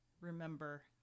remember